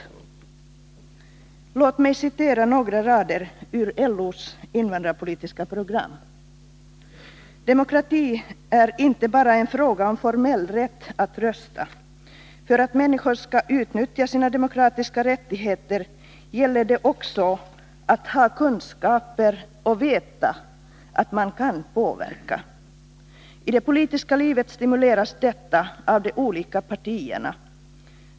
Låt mig citera några rader ur LO:s invandrarpolitiska program: ”Demokrati är inte bara en fråga om formell rätt att rösta. För att människor skall utnyttja sina demokratiska rättigheter gäller det också att ha kunskaper och veta att man kan påverka. I det politiska livet stimuleras detta av de olika partierna.